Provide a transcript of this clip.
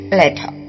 letter